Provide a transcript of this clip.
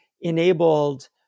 enabled